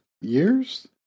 years